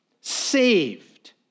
Saved